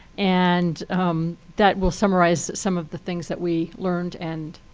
and that will summarize some of the things that we learned and